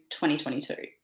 2022